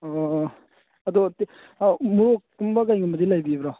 ꯑꯣ ꯑꯗꯣ ꯎꯃꯣꯔꯣꯛ ꯀꯨꯝꯕ ꯀꯔꯤꯒꯨꯝꯕꯗꯤ ꯂꯩꯕꯤꯕ꯭ꯔꯣ